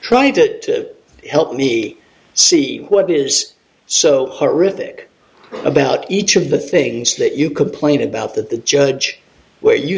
tried to help me see what is so horrific about each of the things that you complained about that the judge where you